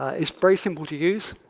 it's very simple to use,